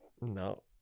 No